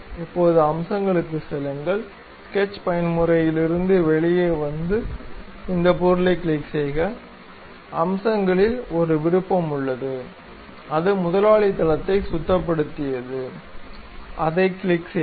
இப்போது அம்சங்களுக்குச் செல்லுங்கள் ஸ்கெட்ச் பயன்முறையிலிருந்து வெளியே வந்து இந்த பொருளைக் கிளிக் செய்க அம்சங்களில் ஒரு விருப்பம் உள்ளது அது ஸ்வீப் பாஸ் அதைக் கிளிக் செய்க